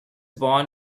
born